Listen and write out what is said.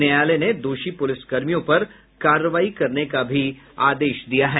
न्यायालय ने दोषी पुलिसकर्मियों पर कार्रवाई करने का भी आदेश दिया है